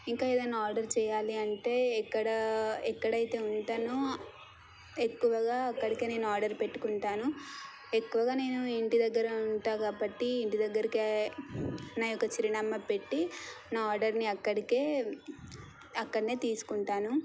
ఇంకా ఏదన్నా ఆర్డర్ చెయ్యాలి అంటే ఎక్కడ ఎక్కడైతే ఉంటానో ఎక్కువగా అక్కడికే నేను ఆర్డర్ పెట్టుకుంటాను ఎక్కువగా నేను ఇంటి దగ్గర ఉంటా కాబట్టి ఇంటి దగ్గరికే నా యొక్క చిరునామా పెట్టి నా ఆర్డర్ని అక్కడికే అక్కడనే తీసుకుంటాను